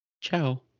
Ciao